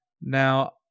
Now